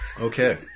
Okay